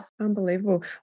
unbelievable